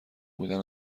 بودن